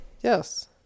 Yes